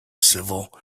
civil